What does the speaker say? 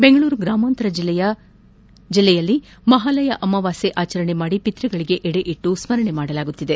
ಬೆಂಗಳೂರು ಗ್ರಾಮಾಂತರ ಜಿಲ್ಲೆಯಲ್ಲಿ ಮಹಾಲಯ ಅಮಾವಾಸ್ಕೆ ಆಚರಣೆ ಮಾಡಿ ಪಿತ್ತಗಳಿಗೆ ಎಡೆ ಇಟ್ಟು ಸ್ಕರಣೆ ಮಾಡಲಾಗುತ್ತಿದೆ